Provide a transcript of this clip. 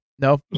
No